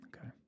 Okay